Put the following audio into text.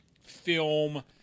film